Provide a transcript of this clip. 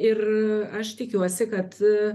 ir aš tikiuosi kad